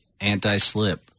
anti-slip